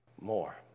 more